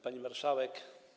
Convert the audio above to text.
Pani Marszałek!